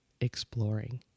Exploring